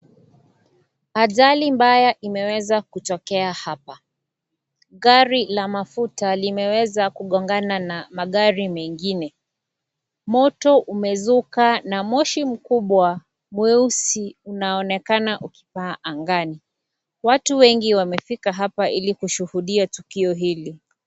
Ajali mbaya imeweza kutokea hapa. Gari la mafuta limeweza kugongana na magari mengine. Moto umezuka na moshi mkubwa mweusi unaonekana ukipaa angani. Watu wengi wamefika hapa ili kushuhudia tukio hili.